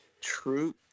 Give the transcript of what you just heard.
True